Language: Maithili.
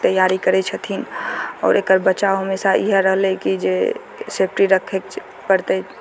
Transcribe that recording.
तैयारी करय छथिन आओर एकर बचाव हमेशा ईहए रहलय कि जे सेफ्टी रखय पड़तय